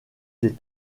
des